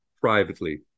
privately